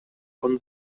von